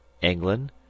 England